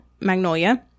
Magnolia